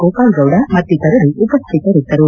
ಗೋಪಾಲ್ ಗೌಡ ಮತ್ತಿತರರು ಉಪಸ್ವಿತರಿದ್ದರು